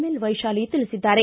L Vaishali ತಿಳಿಸಿದ್ದಾರೆ